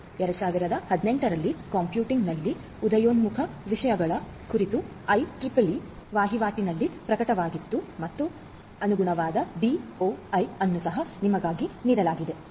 ಇದು 2018 ರಲ್ಲಿ ಕಂಪ್ಯೂಟಿಂಗ್ನಲ್ಲಿ ಉದಯೋನ್ಮುಖ ವಿಷಯಗಳ ಕುರಿತ ಐಇಇಇ ವಹಿವಾಟಿನಲ್ಲಿ ಪ್ರಕಟವಾಯಿತು ಮತ್ತು ಅನುಗುಣವಾದ ಡಿಒಐ ಅನ್ನು ಸಹ ನಿಮಗಾಗಿ ನೀಡಲಾಗಿದೆ